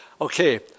Okay